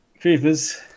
Creepers